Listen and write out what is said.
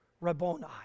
Rabboni